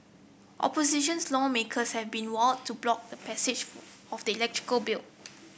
opposition lawmakers have been vowed to block the passage for of the bill